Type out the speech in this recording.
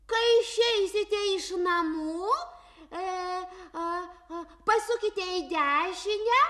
kai išeisite iš namų a pasukite į dešinę